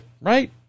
right